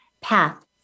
path